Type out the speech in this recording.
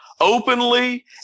openly